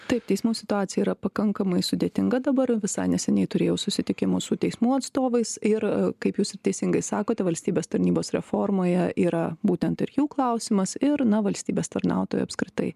taip teismų situacija yra pakankamai sudėtinga dabar visai neseniai turėjau susitikimus su teismų atstovais ir kaip jūs ir teisingai sakote valstybės tarnybos reformoje yra būtent ir jų klausimas ir na valstybės tarnautojų apskritai